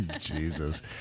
Jesus